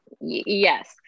Yes